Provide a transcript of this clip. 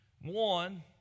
One